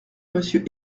monsieur